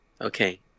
Okay